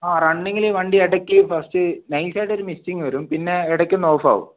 അ റണ്ണിങ്ൽ വണ്ടി ഇടക്ക് ഫസ്റ്റ് നൈസായിട്ട് ഒരു മിസ്സിംഗ് വരും പിന്നെ ഇടക്കൊന്ന് ഓഫാകും